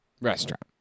restaurant